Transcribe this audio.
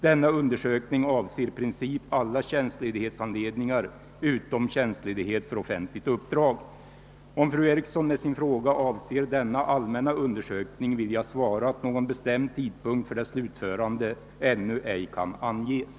Denna undersökning avser i princip alla tjänstledighetsanledningar utom tjänstledighet för offentligt uppdrag. Om fru Eriksson med sin fråga avser denna allmänna undersökning, vill jag svara att någon bestämd tidpunkt för dess slutförande ännu ej kan anges.